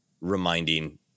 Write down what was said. reminding